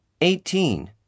Eighteen